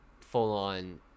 full-on